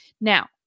Now